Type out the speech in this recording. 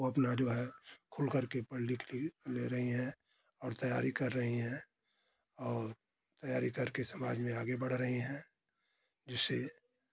वो अपना जो है खुल करके पढ़ लिख री ले रही हैं और तैयारी कर रही हैं और तैयारी करके समाज में आगे बढ़ रही हैं जिससे